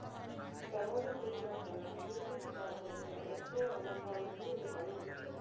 కమోడిటీస్లో కన్నా ఈక్విటీ మార్కెట్టులో ఎక్కువ వోలటాలిటీ వుంటది